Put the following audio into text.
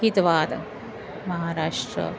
हितवादः महाराष्ट्रः